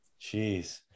Jeez